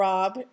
Rob